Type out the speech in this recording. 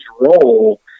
role